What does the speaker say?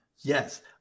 Yes